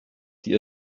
sie